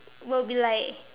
will be like